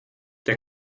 der